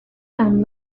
and